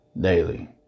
daily